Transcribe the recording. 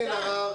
נמצאת.